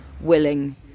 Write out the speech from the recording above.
willing